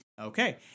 Okay